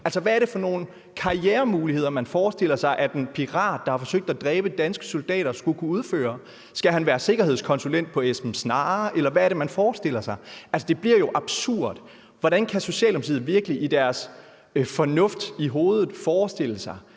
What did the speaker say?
Hvad er det for nogle karrieremuligheder, man forestiller sig at en pirat, der har forsøgt at dræbe danske soldater, skulle kunne have? Skal han være sikkerhedskonsulent på »Esbern Snare«, eller hvad er det, man forestiller sig? Altså, det bliver jo absurd. Hvordan kan Socialdemokratiet med deres fornuft i behold egentlig forestille sig,